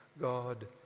God